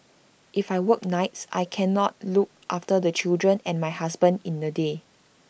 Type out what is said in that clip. if I work nights I cannot look after the children and my husband in the day